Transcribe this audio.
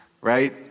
right